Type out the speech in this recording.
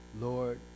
lord